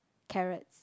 carrots